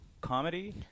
comedy